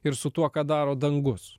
ir su tuo ką daro dangus